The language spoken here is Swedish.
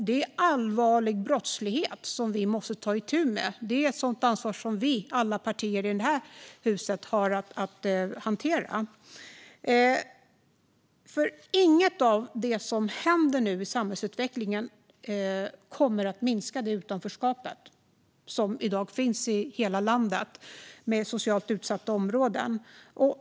Detta är allvarlig brottslighet som vi måste ta itu med. Det är ett ansvar som alla vi partier i det här huset har att hantera. Inget av det som nu händer i samhällsutvecklingen kommer att minska det utanförskap som i dag finns i hela landet i socialt utsatta områden.